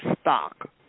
stock